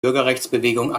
bürgerrechtsbewegung